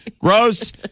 Gross